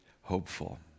hopeful